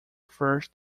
first